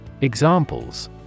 Examples